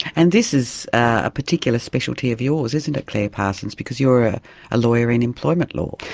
and this is a particular specialty of yours isn't it, clare parsons, because you are ah a lawyer in employment law.